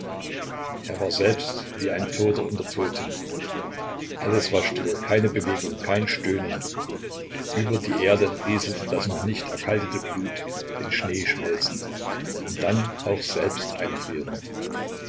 er war selbst wie ein toter unter toten alles war still keine bewegung kein stöhnen über die erde rieselte das noch nicht erkaltete blut den schnee schmelzend und dann auch selbst einfrierend